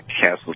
castle